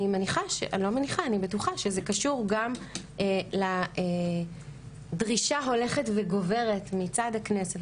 אני בטוחה שזה קשור גם לדרישה הולכת וגוברת מצד הכנסת,